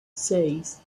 seis